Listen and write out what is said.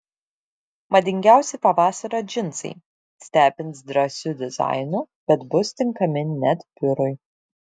madingiausi pavasario džinsai stebins drąsiu dizainu bet bus tinkami net biurui